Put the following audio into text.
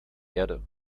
erde